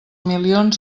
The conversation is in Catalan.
milions